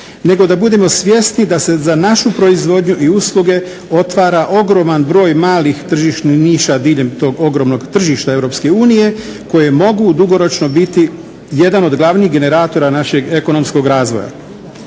nego da budemo svjesni da se za našu proizvodnju i usluge otvara broj malih tržišnih niša diljem tog ogromnog tržišta EU koje mogu dugoročno biti jedan od glavnih generatora našeg ekonomskog razvoja.